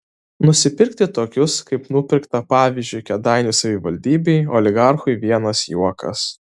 nusipirkti tokius kaip nupirkta pavyzdžiui kėdainių savivaldybėj oligarchui vienas juokas